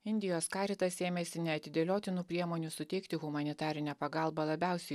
indijos karitas ėmėsi neatidėliotinų priemonių suteikti humanitarinę pagalbą labiausiai